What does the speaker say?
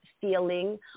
feeling